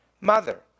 mother